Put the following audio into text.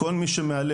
כל מי שמהלל,